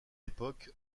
époque